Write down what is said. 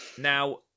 Now